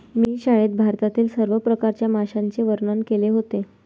मी शाळेत भारतातील सर्व प्रकारच्या माशांचे वर्णन केले होते